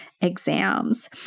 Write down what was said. exams